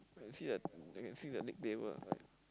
I can see that I can see the next table like